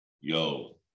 yo